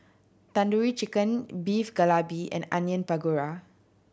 Tandoori Chicken Beef Galbi and Onion Pakora